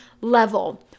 level